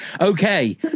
okay